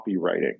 copywriting